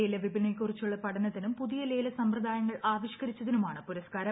ലേലവിപണിയെക്കുറിച്ചുള്ള പഠനത്തിനും പുതിയ ലേല സമ്പ്രദായങ്ങൾ ആവിഷ്ക്കരിച്ചതിനുമാണ് പുരസ്ക്കാരം